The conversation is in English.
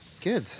Good